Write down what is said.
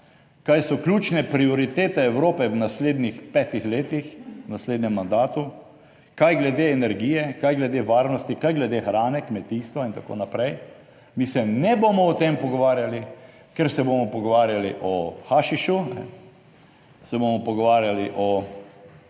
kaj so ključne prioritete Evrope v naslednjih petih letih, v naslednjem mandatu, kaj glede energije, kaj glede varnosti, kaj glede hrane, kmetijstva in tako naprej? Mi se ne bomo o tem pogovarjali, ker se bomo pogovarjali o hašišu se bomo pogovarjali o